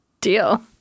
deal